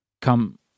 come